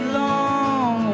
long